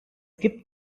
gibt